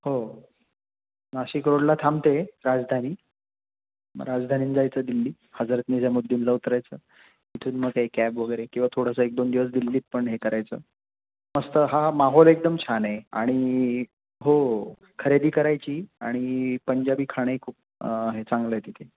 हो नाशिक रोडला थांबते राजधानी मग राजधानीनं जायचं दिल्ली हजरत निजामुद्दीनला उतरायचं तिथून मग काही कॅब वगैरे किंवा थोडंसं एक दोन दिवस दिल्लीत पण हे करायचं मस्त हा माहोल एकदम छान आहे आणि हो खरेदी करायची आणि पंजाबी खाणं हा खूप हे चांगलं आहे तिथे